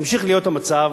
ימשיך להיות המצב